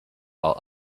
while